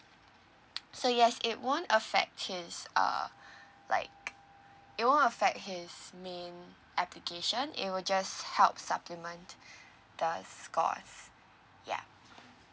so yes it won't affect his uh like it won't affect his main application it will just help supplement the scores ya